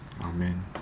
Amen